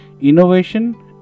innovation